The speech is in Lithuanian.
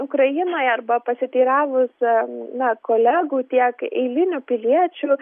ukrainoje arba pasiteiravus na kolegų tiek eilinių piliečių